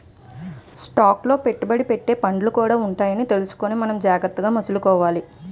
stock లో పెట్టుబడి పెట్టే ఫండ్లు కూడా ఉంటాయని తెలుసుకుని మనం జాగ్రత్తగా మసలుకోవాలి